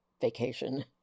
vacation